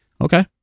Okay